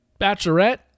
bachelorette